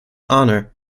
honor